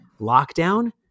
lockdown